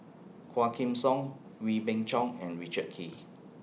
Quah Kim Song Wee Beng Chong and Richard Kee